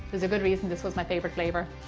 there's a good reason this was my favorite flavor.